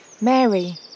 Mary